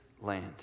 land